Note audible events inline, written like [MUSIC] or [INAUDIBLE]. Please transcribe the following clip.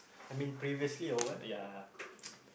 [BREATH] [NOISE] yeah [NOISE]